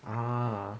ah